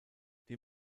die